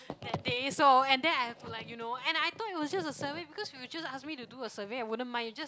that day so and then I've to like you know and I thought it was just a survey because if you just ask me to do a survey I wouldn't mind you just